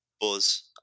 Buzz